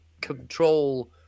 control